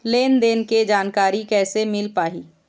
लेन देन के जानकारी कैसे मिल पाही?